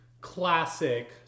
classic